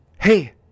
hey